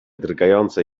drgające